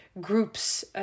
groups